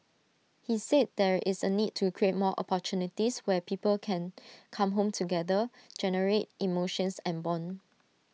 he said there is A need to create more opportunities where people can come home together generate emotions and Bond